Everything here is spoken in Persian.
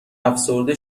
افسرده